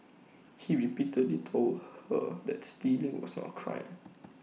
he repeatedly told her that stealing was not A crime